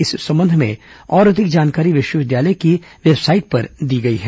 इस संबंध में और अधिक जानकारी विश्वविद्यालय की वेबसाइट पर दी गई है